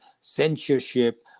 censorship